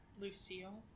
Lucille